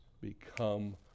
become